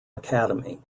academy